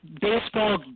baseball